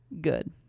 Good